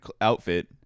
outfit